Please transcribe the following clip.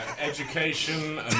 Education